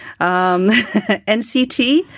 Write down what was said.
NCT